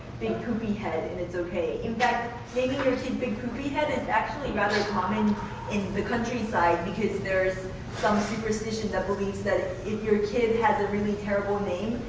big poopy head it's ok. in fact, naming your kid big poopy head is actually rather common in the countryside because there's some superstition that believes that, if your kid has a really terrible name,